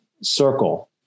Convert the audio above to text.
circle